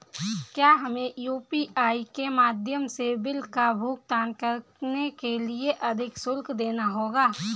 क्या हमें यू.पी.आई के माध्यम से बिल का भुगतान करने के लिए अधिक शुल्क देना होगा?